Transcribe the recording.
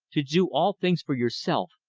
to do all things for yourself.